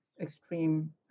extreme